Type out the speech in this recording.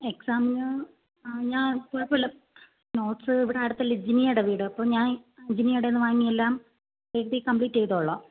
എക്സാമിന് ആ ഞാൻ കുഴപ്പമില്ല നോട്ട്സ് ഇവിടടുത്തല്ലേ ജിനീടെ വീട് അപ്പം ഞാൻ ജിനീടേന്ന് വാങ്ങി എല്ലാം എഴുതി കംപ്ലീറ്റെ ചെയ്തോളാം